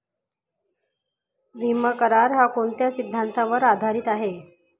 विमा करार, हा कोणत्या सिद्धांतावर आधारीत आहे?